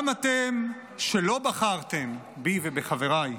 גם אתם שלא בחרתם בי ובחבריי,